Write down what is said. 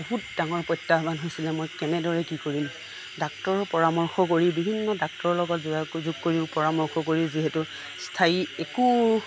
বহুত ডাঙৰ প্ৰত্যাহ্বান হৈছিলে মই কেনেদৰে কি কৰিম ডাক্তৰৰ পৰামৰ্শ কৰি বিভিন্ন ডাক্তৰৰ লগত যোগাযোগ কৰি পৰামৰ্শ কৰি যিহেতু স্থায়ী একো